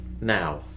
Now